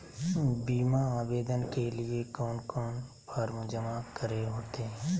बीमा आवेदन के लिए कोन कोन फॉर्म जमा करें होते